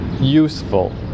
useful